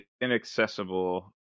inaccessible